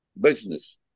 business